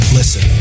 listen